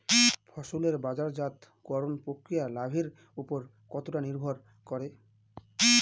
ফসলের বাজারজাত করণ প্রক্রিয়া লাভের উপর কতটা নির্ভর করে?